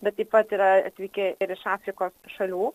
bet taip pat yra atvykę ir iš afrikos šalių